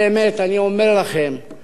באמת אני אומר לכם,